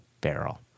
barrel